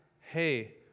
hey